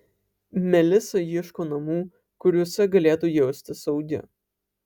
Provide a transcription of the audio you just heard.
melisa ieško namų kuriuose galėtų jaustis saugi